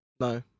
no